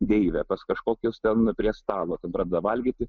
deivę pas kažkokius ten prie stalo ten pradeda valgyti